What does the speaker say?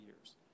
years